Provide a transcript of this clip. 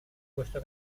questo